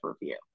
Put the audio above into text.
review